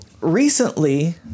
recently